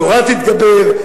התורה תתגבר,